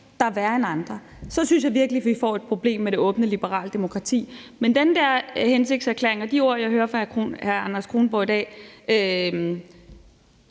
der er værre end andre. Så synes jeg virkelig, vi får et problem med det åbne, liberale demokrati. Men den hensigtserklæring og de ord, jeg hører fra hr. Anders Kronborg i dag,